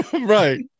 right